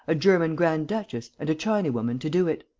a german grand-duchess and a chinawoman to do it!